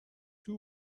two